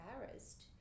embarrassed